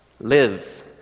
live